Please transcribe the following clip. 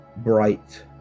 bright